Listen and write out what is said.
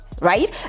Right